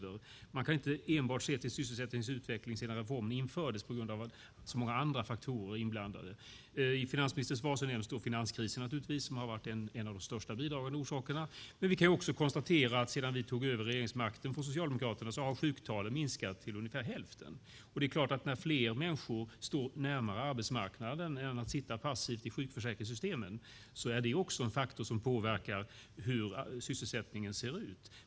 Man kan inte enbart se till sysselsättningsutvecklingen sedan reformen infördes; det är så många andra faktorer inblandade. I finansministerns svar nämns finanskrisen naturligtvis. Den har varit en av de största bidragande orsakerna, men vi kan också konstatera att sedan vi tog över regeringsmakten från Socialdemokraterna har sjuktalen minskat till ungefär hälften. När fler människor står närmare arbetsmarknaden i stället för att sitta passivt i sjukförsäkringssystemen är det en faktor som påverkar hur sysselsättningen ser ut.